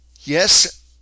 Yes